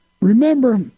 Remember